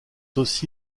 aussi